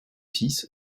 fils